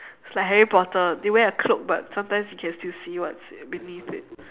it's like harry potter they wear a cloak but sometimes you can still see what's beneath it